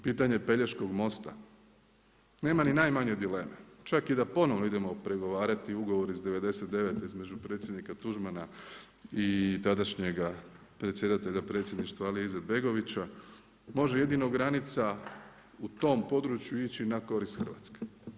Pitanje Pelješkog mosta, nema ni najmanje dileme, čak i da ponovno idemo pregovarati ugovor iz '99. između predsjednika Tuđmana i tadašnjega predsjedatelja predsjedništva Alije Izetbegovića može jedino granica u tom području ići na korist Hrvatske.